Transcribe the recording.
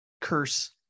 curse